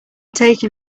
taken